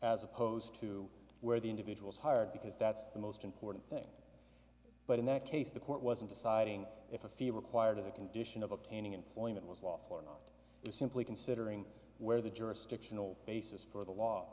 as opposed to where the individuals hired because that's the most important thing but in that case the court wasn't deciding if a feel required as a condition of obtaining employment was lawful or not simply considering where the jurisdictional basis for the law